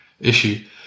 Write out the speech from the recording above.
issue